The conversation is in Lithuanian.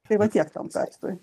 tai va tiek tam kartui